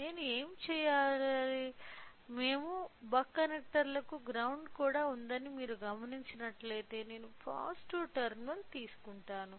నేను ఏమి చేస్తానంటే మీకు బక్ కనెక్టర్లకు గ్రౌండ్ కూడా ఉందని మీరు గమనించినట్లయితే నేను పాజిటివ్ టెర్మినల్ తీసుకుంటాను